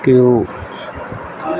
कि उ